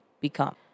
become